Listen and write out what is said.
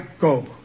go